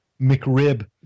McRib